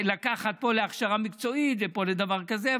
לקחת פה להכשרה מקצועית ופה לדבר כזה.